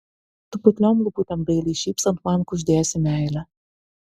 tu putliom lūputėm dailiai šypsant man kuždėsi meilę